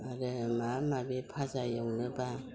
आरो माबा माबि फाजा एवनोब्ला